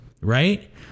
right